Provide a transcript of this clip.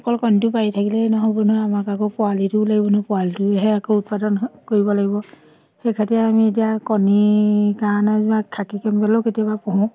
অকল কণীটো পাৰি থাকিলেই নহ'ব নহয় আমাক আকৌ পোৱালিটোও লাগিব নহয় পোৱালিটোৱেহে আকৌ উৎপাদন হ কৰিব লাগিব সেই খাতিয়ে আমি এতিয়া কণী কাৰণে যেনিবা খাকী কেম্বেলো কেতিয়াবা পুহোঁ